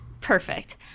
Perfect